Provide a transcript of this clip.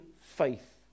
faith